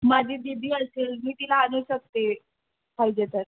माझी दिदी असेल मी तिला आणू शकते पाहिजे तर